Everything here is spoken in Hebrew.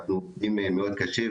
אנחנו עובדים מאוד קשה,